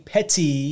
Petty